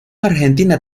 argentina